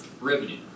Revenue